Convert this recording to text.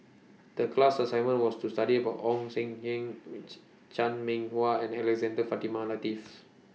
The class assignment was to study about Ong Seng Kim Chan Meng Wah and Alexander Fatimah Lateef